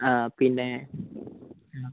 ആ പിന്നെ